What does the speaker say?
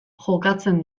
jokatzen